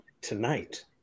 tonight